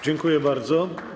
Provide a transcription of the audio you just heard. Dziękuję bardzo.